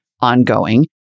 ongoing